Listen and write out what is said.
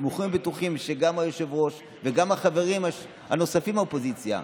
סמוכים ובטוחים שגם היושב-ראש וגם החברים הנוספים באופוזיציה,